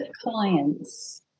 clients